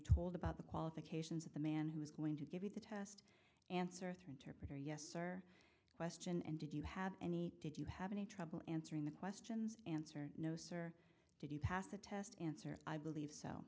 told about the qualifications of the man who was going to give you the test answer through interpreter yes or question and did you have any did you have any trouble answering the questions answer no sir did you pass the test answer i believe so